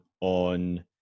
on